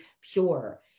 pure